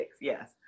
yes